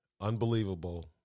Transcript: unbelievable